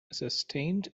sustained